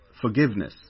Forgiveness